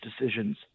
decisions